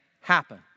happen